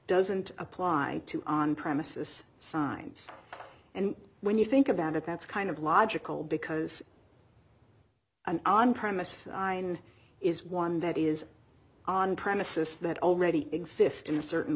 doesn't apply to on premises signs and when you think about it that's kind of logical because an on premises in is one that is on premises that already exist in a certain